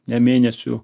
ne mėnesių